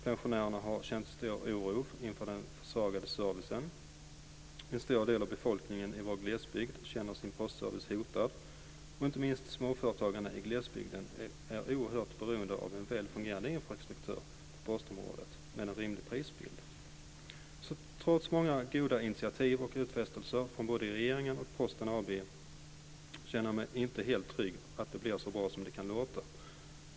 Pensionärerna har känt stor oro inför den försvagade servicen. En stor del av befolkningen i vår glesbygd upplever sin postservice hotad. Inte minst småföretagandet i glesbygden är oerhört beroende av en väl fungerande infrastruktur på postområdet med en rimlig prisbild. Trots många goda initiativ och utfästelser från både regeringen och Posten AB känner jag mig inte helt trygg när det gäller att det blir så bra som det kan låta.